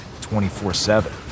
24-7